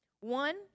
One